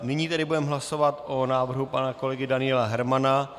Nyní budeme hlasovat o návrhu pana kolegy Daniela Hermana.